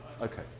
Okay